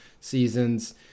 seasons